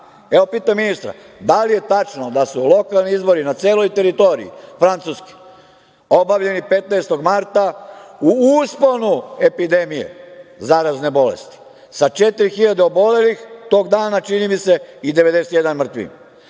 pitajte ministra, da li je tačno da su lokalni izbori na celoj teritoriji Francuske obavljeni 15. marta u usponu epidemije zarazne bolesti? Sa četiri hiljade obolelih tog dana, čini mi se i 91 mrtvim? Da